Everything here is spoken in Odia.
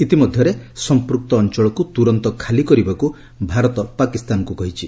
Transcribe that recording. ଇତିମଧ୍ୟରେ ସମ୍ପୃକ୍ତ ଅଞ୍ଚଳକୁ ତୁରନ୍ତ ଖାଲି କରିବାକୁ ଭାରତ ପାକିସ୍ତାନକୁ କହିଛି